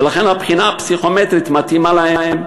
ולכן הבחינה הפסיכומטרית מתאימה להם.